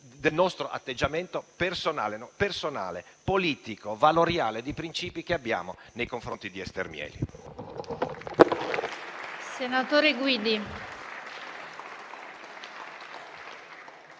del nostro atteggiamento personale, politico, valoriale e di principi che abbiamo nei confronti di Ester Mieli.